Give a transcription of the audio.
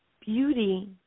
beauty